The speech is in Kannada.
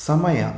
ಸಮಯ